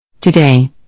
Today